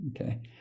okay